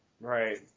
Right